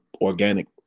organic